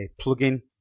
plugin